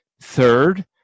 Third